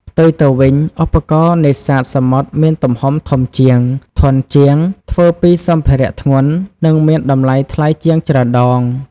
ផ្ទុយទៅវិញ ឧបករណ៍នេសាទសមុទ្រមានទំហំធំជាង ធន់ជាង ធ្វើពីសម្ភារៈធ្ងន់ និងមានតម្លៃថ្លៃជាងច្រើនដង។